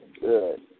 Good